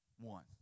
One